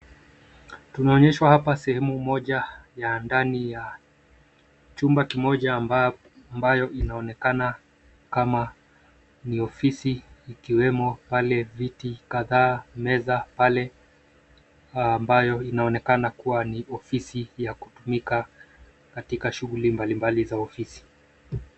Tunaonyeshwa hapa sehemu moja ya ndani ya chumba kimoja ambayo inaonekana kama ni ofisi ikiwemo pale viti kadhaa meza pale ambayo inaonekana uwa ni ofisi ya kutumika katika shughuli mbalimbali za ofisi.